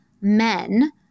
men